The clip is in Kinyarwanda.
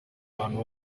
muntu